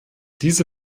diese